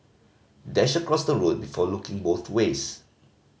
dash across the road before looking both ways